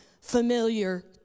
familiar